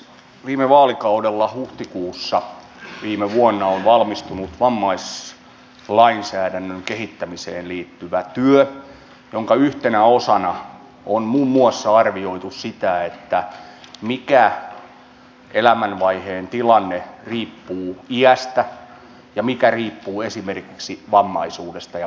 viime vaalikaudella huhtikuussa viime vuonna on valmistunut vammaislainsäädännön kehittämiseen liittyvä työ jonka yhtenä osana on muun muassa arvioitu sitä mikä elämänvaiheen tilanne riippuu iästä ja mikä riippuu esimerkiksi vammaisuudesta ja vammautumisesta